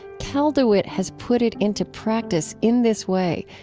cal dewitt has put it into practice in this way,